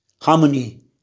harmony